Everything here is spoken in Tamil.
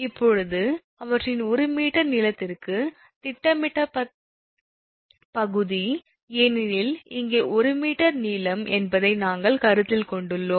இப்போது அவற்றின் ஒரு மீட்டர் நீளத்திற்கு திட்டமிடப்பட்ட பகுதி ஏனெனில் இங்கே 1 மீட்டர் நீளம் என்பதை நாங்கள் கருத்தில் கொண்டுள்ளோம்